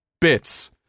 Bits